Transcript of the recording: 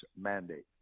mandate